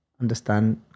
Understand